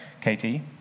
Katie